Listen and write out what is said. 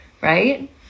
right